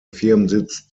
firmensitz